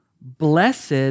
Blessed